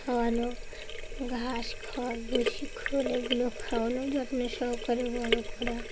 খাওয়ানো ঘাস খড় ভুসি খোল এগুলো খাওয়ানো যত্ন সহকারে বড়ো করা